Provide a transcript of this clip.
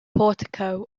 portico